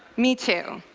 me too.